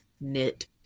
knit